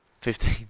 Fifteen